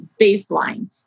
baseline